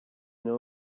know